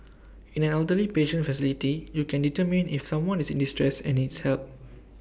in an elderly patient facility you can determine if someone is in distress and needs help